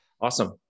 Awesome